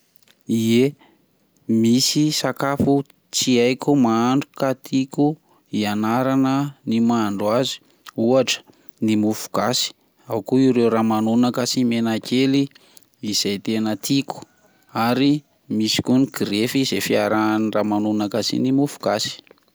Ye, misy sakafo tsy aiko mahandro ka tiako ianarana ny mahandro azy, ohatra ny mofo gasy, ao ko ireo ramanonaka sy menakely izay tena tiko, ary misy ko ny grefy izay fiarahan'ny ramanonaka sy ny mofo gasy.